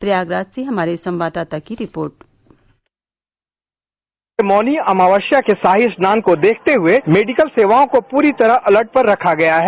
प्रयागराज से हमारे संवाददाता की रिपोर्ट कल के मौनी अमावस्या के शाही स्नान को देखते हए मेडिकल सेवाओं को पूरी तरह अलर्ट पर रखा गया है